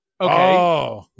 Okay